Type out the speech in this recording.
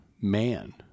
man